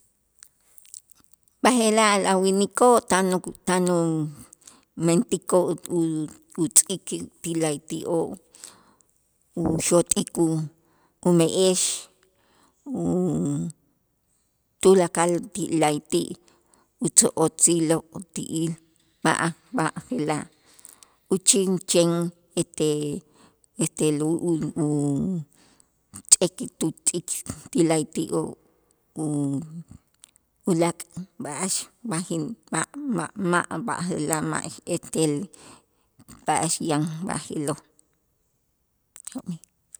B'aje'laj a' winikoo' tan u tan umentikoo' u- utz'ik ti la'ayti'oo' uxot'ik u- ume'ex, u tulakal ti la'ayti' utzo'otziloo' ti il ma'a b'aje'laj, uchin chen ete este lu ul utz'eek tu tz'ik ti la'ayti'oo', u- ulaak' b'a'ax b'ajin b'a' ma' ma' b'aje'laj ma' etel b'a'ax yan b'ajiloo'. jo'mij